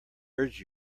urge